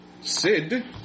Sid